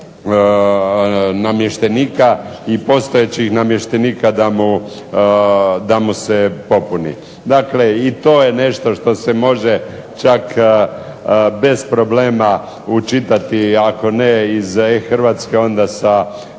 namještenika i postojećih namještenika da mu se popuni. Dakle, i to je nešto što se može čak bez problema učitati, ako ne iz E-Hrvatske onda sa